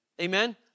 Amen